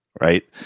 Right